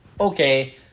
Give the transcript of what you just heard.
Okay